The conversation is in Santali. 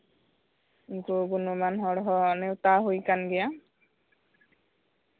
ᱡᱮ ᱢᱟᱹᱱᱟᱱ ᱦᱚᱲ ᱦᱚᱸ ᱱᱮᱣᱛᱟ ᱦᱩᱭᱟᱠᱟᱱ ᱜᱮᱭᱟ